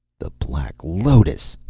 the black lotus!